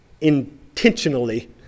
intentionally